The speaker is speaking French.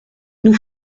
nous